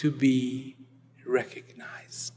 to be recognize